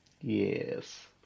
Yes